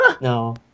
No